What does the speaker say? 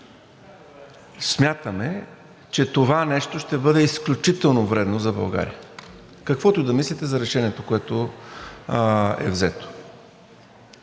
Смятаме, че това нещо ще бъде изключително вредно за България. Каквото и да мислите за решението, което е взето.